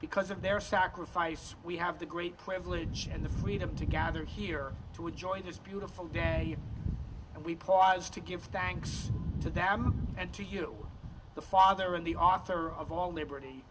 because of their sacrifice we have the great privilege and the freedom to gather here to enjoy this beautiful day and we pause to give thanks to them and to you the father and the author of all liberty